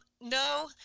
no